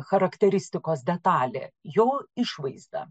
charakteristikos detalė jo išvaizdą